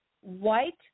white